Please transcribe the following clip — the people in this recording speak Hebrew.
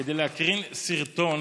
כדי להקרין סרטון